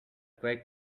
great